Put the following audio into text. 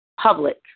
public